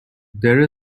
there